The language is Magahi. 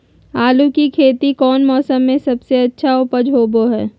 आलू की खेती कौन मौसम में सबसे अच्छा उपज होबो हय?